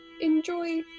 enjoy